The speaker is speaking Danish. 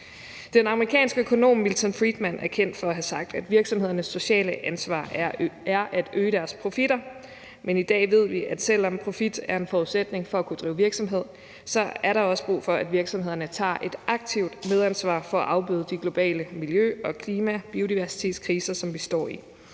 Den amerikanske økonom Milton Friedman er kendt for at have sagt, at virksomhedernes sociale ansvar er at øge deres profitter, men i dag ved vi, at selv om profit er en forudsætning for at kunne drive virksomhed, er der også brug for, at virksomhederne tager et aktivt medansvar for at afbøde de globale miljø-, klima- og biodiversitetskriser, som vi står i.